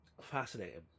fascinating